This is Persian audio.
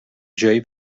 جایی